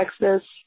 Texas